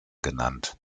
genannt